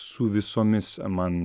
su visomis man